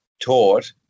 taught